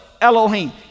Elohim